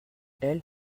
elle